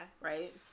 Right